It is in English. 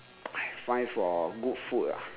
find for good food ah